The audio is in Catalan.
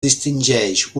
distingeix